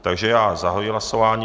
Takže já zahajuji hlasování.